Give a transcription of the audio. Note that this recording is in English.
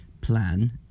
plan